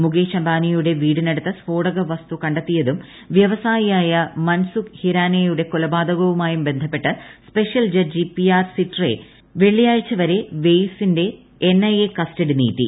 മുകേഷ് അംബാനിയുടെ വീടിനടുത്ത് സ്ഫോടകവസ്തു കണ്ടെത്തിയതും വ്യവസായിയായ മൻസുഖ് ഹിരാനെയുടെ കൊലപാതകവുമായി ബന്ധപ്പെട്ട് special judge P R Sitre വെള്ളിയാഴ്ച വരെ വെയ്സിന്റെ എൻഐഎ കസ്റ്റഡി നീട്ടി